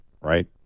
right